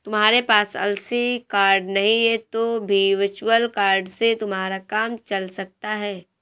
तुम्हारे पास असली कार्ड नहीं है तो भी वर्चुअल कार्ड से तुम्हारा काम चल सकता है